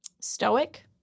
stoic